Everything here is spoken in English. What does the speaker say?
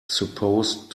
supposed